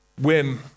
win